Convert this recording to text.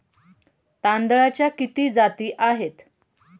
तांदळाच्या किती जाती आहेत?